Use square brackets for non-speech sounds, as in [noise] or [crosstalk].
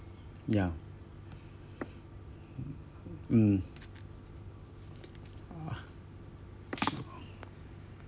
ya [breath] mm uh [noise]